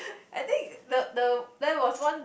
I think the the there was once